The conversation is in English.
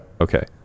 Okay